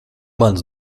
manas